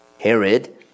Herod